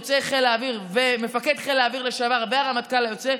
יוצאי חיל האוויר ומפקד חיל האוויר לשעבר והרמטכ"ל היוצא,